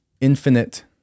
infinite